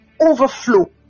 overflow